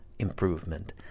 improvement